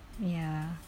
ya